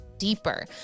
deeper